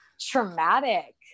traumatic